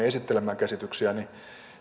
esittelemään käsityksiään niin